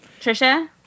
Trisha